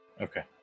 Okay